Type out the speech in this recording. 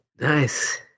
Nice